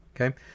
okay